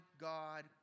God